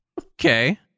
Okay